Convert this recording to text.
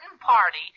party